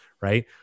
right